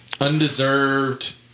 undeserved